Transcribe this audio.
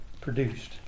produced